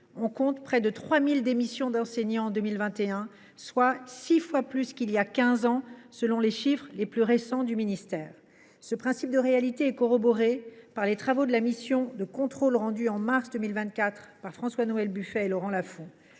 on comptait près de 3 000 démissions d’enseignant en 2021, soit six fois plus qu’il y a quinze ans, selon les chiffres les plus récents émanant du ministère. Cette réalité est corroborée par le rapport de la mission de contrôle rendu en mars 2024 par François Noël Buffet et Laurent Lafon